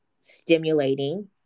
stimulating